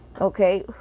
okay